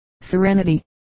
serenity